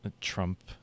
Trump